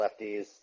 lefties